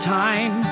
time